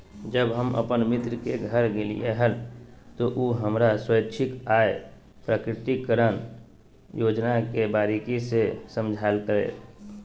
जब हम अपन मित्र के घर गेलिये हल, त उ हमरा स्वैच्छिक आय प्रकटिकरण योजना के बारीकि से समझयलकय